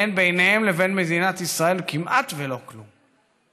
אין ביניהם לבין מדינת ישראל כמעט ולא כלום.